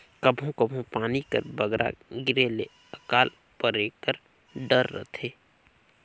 कभों कभों पानी कर बगरा गिरे ले अकाल परे कर डर रहथे